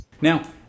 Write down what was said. Now